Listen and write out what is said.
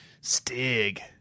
stig